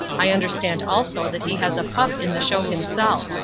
i understand also that he has a pup in the show himself.